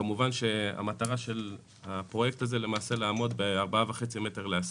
כמובן שהמטרה של הפרויקט הזה למעשה לעמוד ב-4.5 מטרים לאסיר,